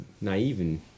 naive